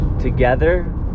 together